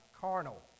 carnal